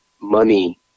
money